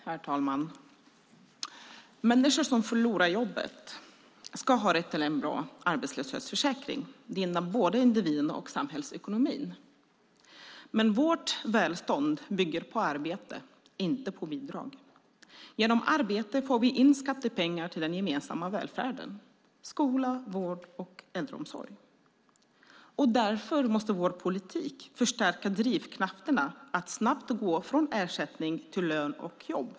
Herr talman! Människor som förlorar jobbet ska ha rätt till en bra arbetslöshetsförsäkring. Det gynnar både individen och samhällsekonomin. Men vårt välstånd bygger på arbete och inte på bidrag. Genom arbete får vi in skattepengar till den gemensamma välfärden, skola, vård och äldreomsorg. Därför måste vår politik förstärka drivkrafterna att snabbt gå från ersättning till lön och jobb.